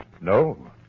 No